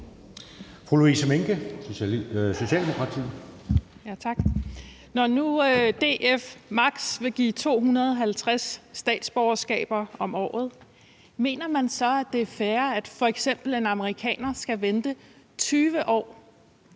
Når nu DF maks vil give 250 statsborgerskaber om året, mener man så, det er fair, at f.eks en amerikaner skal vente 20 år